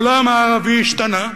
העולם הערבי השתנה,